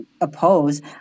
oppose